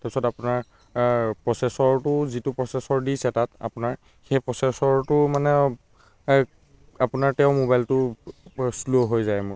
তাৰপিছত আপোনাৰ প্ৰচেছৰটোও যিটো প্ৰচেছৰ দিছে তাত আপোনাৰ সেই প্ৰচেছৰটো মানে আপোনাৰ তেও মোবাইলটো পূৰা শ্ল' হৈ যায় মোৰ